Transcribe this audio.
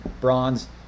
bronze